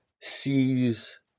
sees